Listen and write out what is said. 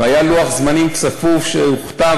והיה לוח זמנים צפוף שהוכתב,